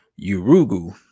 Urugu